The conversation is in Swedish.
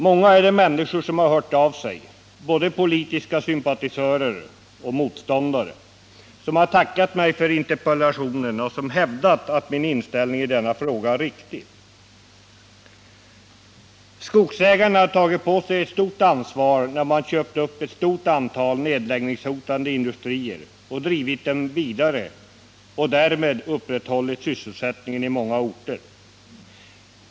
Många är de människor som har hört av sig — både politiska sympatisörer och politiska motståndare — och tackat mig för interpellationen. De har hävdat att min inställning i denna fråga är riktig. Skogsägarna har tagit på sig ett stort ansvar när man köpt ett stort antal nedläggningshotade industrier och drivit dem vidare och därmed upprätthållit sysselsättningen på många orter.